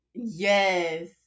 Yes